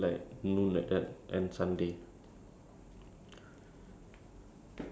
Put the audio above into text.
so my free time is only in the Saturday afternoon eh Saturday